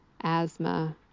asthma